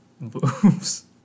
boobs